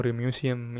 museum